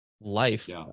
life